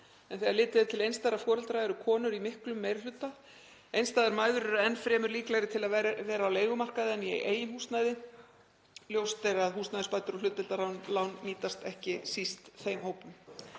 en þegar litið er til einstæðra foreldra eru konur í miklum meiri hluta. Einstæðar mæður eru enn fremur líklegri til að vera á leigumarkaði en í eigin húsnæði. Ljóst er að húsnæðisbætur og hlutdeildarlán nýtast ekki síst þeim hópum.